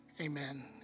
Amen